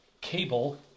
cable